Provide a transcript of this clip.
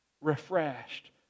refreshed